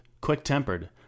quick-tempered